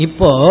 Ipo